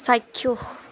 চাক্ষুষ